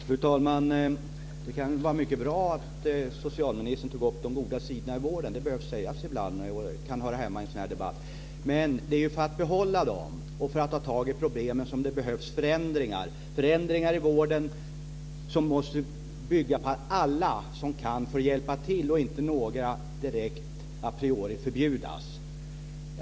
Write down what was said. Fru talman! Det kan vara mycket bra att socialministern tar upp de goda sidorna i vården - det behöver sägas ibland och kan höra hemma i en sådan här debatt. Men det är för att behålla dem och för att ta tag i problemen som det behövs förändringar i vården, som måste bygga på att alla som kan får hjälpa till, och inte att några direkt a priori förbjuds.